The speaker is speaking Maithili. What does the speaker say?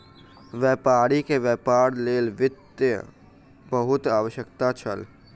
व्यापारी के व्यापार लेल वित्तक बहुत आवश्यकता छल